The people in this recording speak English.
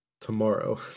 tomorrow